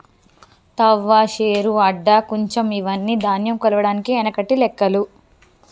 తవ్వ, శేరు, అడ్డ, కుంచం ఇవ్వని ధాన్యం కొలవడానికి ఎనకటి లెక్కలు